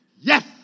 yes